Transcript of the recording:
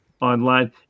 online